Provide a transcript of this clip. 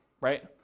right